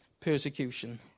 persecution